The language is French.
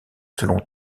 selon